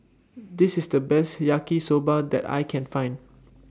This IS The Best Yaki Soba that I Can Find